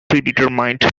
predetermined